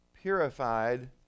purified